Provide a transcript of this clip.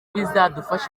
bizadufasha